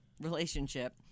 relationship